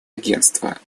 агентства